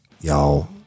Y'all